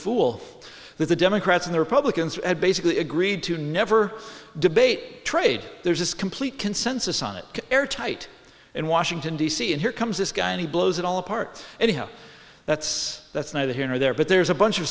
fool that the democrats and republicans had basically agreed to never debate trade there's this complete consensus on it airtight in washington d c and here comes this guy and he blows it all apart and how that's that's neither here or there but there's a bunch of